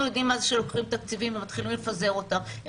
יודעים מה זה כשלוקחים תקציבים ומתחילים לפזר אותם.